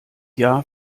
jahr